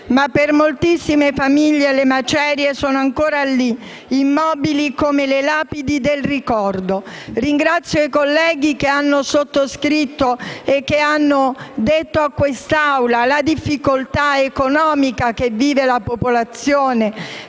ma per moltissime famiglie le «macerie» sono ancora lì, immobili come le lapidi del ricordo. Ringrazio i colleghi che hanno sottolineato in questa Assemblea la difficoltà economica che vive la popolazione,